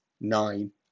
nine